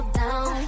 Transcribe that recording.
down